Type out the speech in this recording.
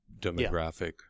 demographic